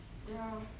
ya